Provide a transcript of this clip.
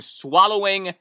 swallowing